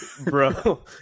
Bro